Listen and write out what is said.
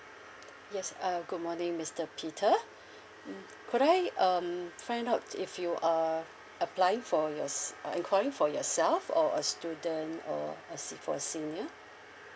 yes uh good morning mister peter mm could I um find out if you are applying for yours~ inquiring for yourself or a student or a se~ for a senior